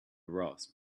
rasp